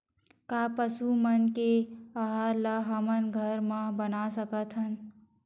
का पशु मन के आहार ला हमन घर मा बना सकथन?